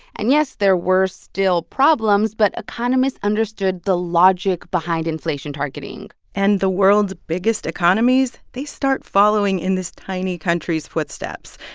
and, yes, there were still problems, but economists understood the logic behind inflation targeting and the world's biggest economies, they start following in this tiny country's footsteps.